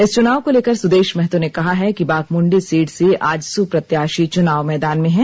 इस चुनाव को लेकर सुदेश महतो ने कहा है कि बाघमुण्डी सीट से आजसू प्रत्याशी चुनाव मैदान में हैं